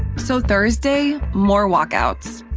so thursday more walkouts.